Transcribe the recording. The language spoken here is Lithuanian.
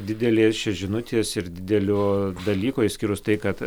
didelės čia žinutės ir didelio dalyko išskyrus tai kad